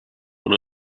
one